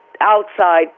outside